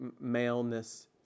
maleness